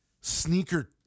sneaker